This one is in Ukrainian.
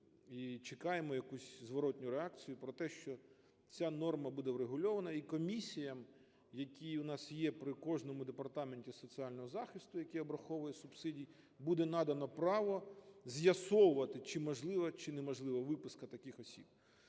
і чекаємо якусь зворотну реакцію про те, що ця норма буде врегульована. І комісіям, які у нас є при кожному департаменті соціального захисту, який обраховує субсидії, буде надано право з'ясовувати чи можлива, чи неможлива виписка таких осіб.